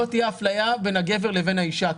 לא תהיה אפליה בין הגבר לבין האישה.